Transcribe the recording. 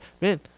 Man